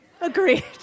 Agreed